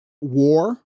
war